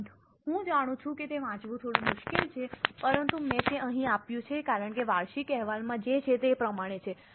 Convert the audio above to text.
નોંધ હું જાણું છું કે તે વાંચવું થોડું મુશ્કેલ છે પરંતુ મેં તે અહીં આપ્યું છે કારણ કે વાર્ષિક અહેવાલમાં જે છે તે પ્રમાણે છે